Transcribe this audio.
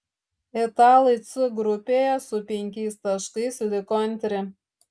italai c grupėje su penkiais taškais liko antri